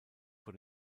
vor